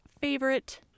favorite